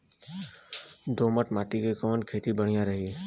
दोमट माटी में कवन खेती बढ़िया रही?